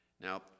Now